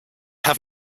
have